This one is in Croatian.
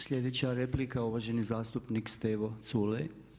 Sljedeća replika uvaženi zastupnik Stevo Culej.